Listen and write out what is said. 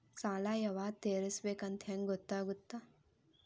ಸಾಲ ಯಾವಾಗ ತೇರಿಸಬೇಕು ಅಂತ ಹೆಂಗ್ ಗೊತ್ತಾಗುತ್ತಾ?